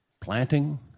planting